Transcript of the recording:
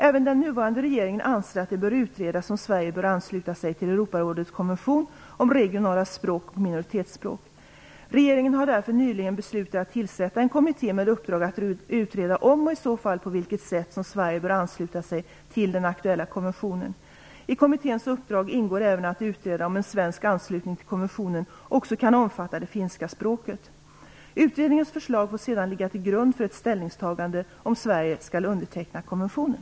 Även den nuvarande regeringen anser att det bör utredas om Sverige bör ansluta sig till Europarådets konvention om regionala språk och minoritetsspråk. Regeringen har därför nyligen beslutat att tillsätta en kommitté med uppdrag att utreda om, och i så fall på vilket sätt, som Sverige bör ansluta sig till den aktuella konventionen. I kommitténs uppdrag ingår även att utreda om en svensk anslutning till konventionen också kan omfatta det finska språket. Utredningens förslag får sedan ligga till grund för ett ställningstagande om Sverige skall underteckna konventionen.